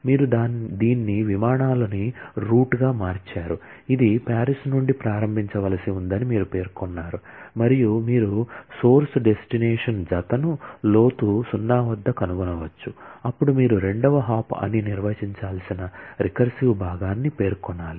మీరు దీన్ని విమానాలు ని రూట్ గా మార్చారు ఇది పారిస్ నుండి ప్రారంభించవలసి ఉందని మీరు పేర్కొన్నారు మరియు మీరు సోర్స్ డెస్టినేషన్ జతను లోతు 0 వద్ద కనుగొనవచ్చు అప్పుడు మీరు రెండవ హాప్ అని నిర్వచించాల్సిన రికర్సివ్ భాగాన్ని పేర్కొనాలి